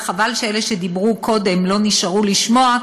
וחבל שאלה שדיברו קודם לא נשארו לשמוע,